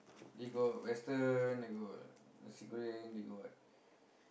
they got western they got Nasi-Goreng they got